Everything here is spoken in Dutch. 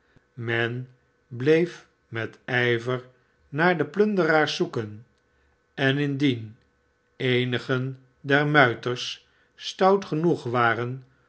men bleef met ijver naar de plunderaars zoeken en indien eenigen der muiters stout genoeg waren